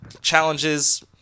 challenges